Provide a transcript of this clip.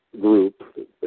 group